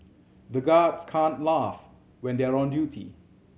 the guards can't laugh when they are on duty